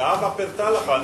זהבה פירטה לך.